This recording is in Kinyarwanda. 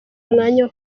umwanya